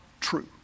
true